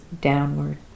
downward